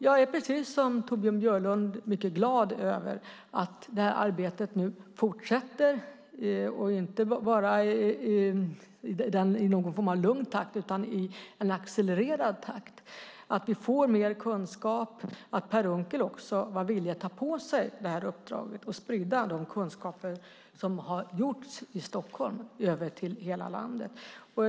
Jag är precis som Torbjörn Björlund mycket glad över att arbetet nu fortsätter, inte bara i lugn takt utan i en accelererad takt, att vi får mer kunskap, att Per Unckel också var villig att ta på sig det här uppdraget och sprida de kunskaper som har gjorts i Stockholm över hela landet.